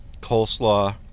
coleslaw